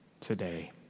today